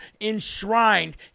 enshrined